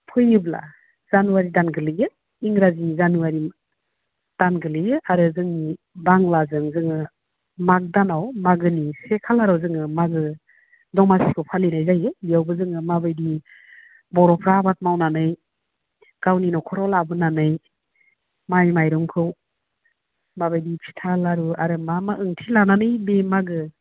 फैयोब्ला जानुवारि दानखालिनो इंराजि जानुवारि दान गोग्लैयो आरो जोंनि बांलाजों जोङो माग दानाव मागोनि से खालाराव जोङो मागो दमासिखौ फालिनाय जायो बियावबो जोङो माबायदियै बर'फ्रा आबाद मावनानै गावनि न'खराव लाबोनानै माइ माइरंखौ माबायदि फिथा लारु आरो मा मा ओंथि लानानै बे मागो